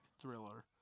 thriller